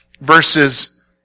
verses